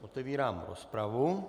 Otevírám rozpravu.